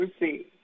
receive